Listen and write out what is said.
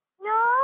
No